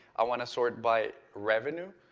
i want to sort by revenue.